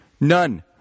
none